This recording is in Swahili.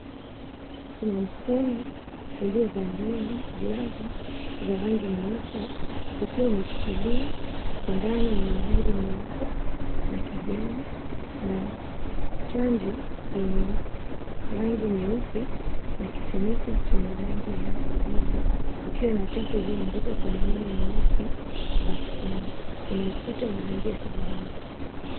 Kuna mkono uliovalia glavu za rangi nyeupe ukiwa umeshikilia sindano yenye rangi nyeupe na kijani na chanjo yenye rangi nyeupe na kifuniko chenye rangi ya kijivu kukiwa na chapa iliyoandikwa kwa maneno meusi vaccine. Kuna ukuta wa rangi ya samawati.